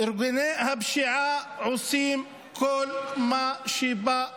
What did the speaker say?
ארגוני הפשיעה עושים כל מה שבא להם.